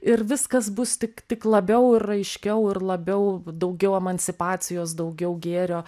ir viskas bus tik tik labiau ir aiškiau ir labiau daugiau emancipacijos daugiau gėrio